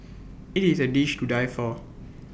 IT is A dish to die for